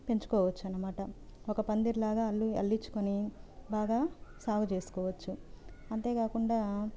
పెంచుకోవచ్చు అన్ననమాట ఒక పందిరిలాగ అల్లి అల్లించుకుని బాగా సాగు చేసుకోవచ్చు అంతేకాకుండా